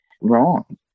wrong